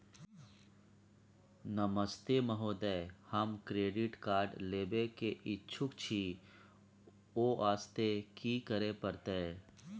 नमस्ते महोदय, हम credit card लेबे के इच्छुक छि ओ वास्ते की करै परतै?